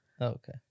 okay